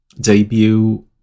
debut